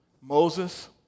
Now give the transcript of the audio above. Moses